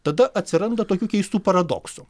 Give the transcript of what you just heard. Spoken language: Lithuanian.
tada atsiranda tokių keistų paradoksų